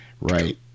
Right